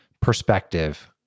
perspective